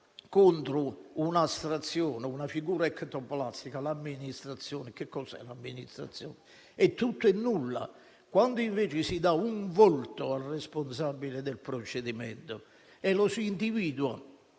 in un'astrazione, una figura ectoplastica, ovvero l'amministrazione. Che cos'è l'amministrazione? È tutto e nulla. Quando invece si dà un volto al responsabile del procedimento e lo si individua